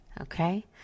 Okay